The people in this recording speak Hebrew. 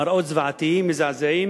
מראות זוועתיים, מזעזעים,